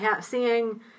seeing